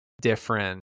different